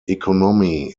economy